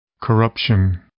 Corruption